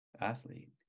athlete